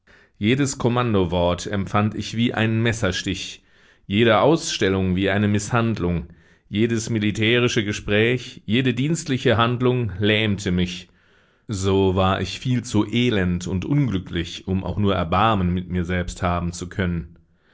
jedes kommandowort empfand ich wie einen messerstich jede ausstellung wie eine mißhandlung jedes militärische gespräch jede dienstliche handlung lähmte mich so war ich viel zu elend und unglücklich um auch nur erbarmen mit mir selbst haben zu können